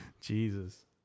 Jesus